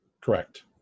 correct